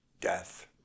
Death